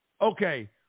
okay